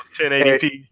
1080p